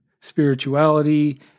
spirituality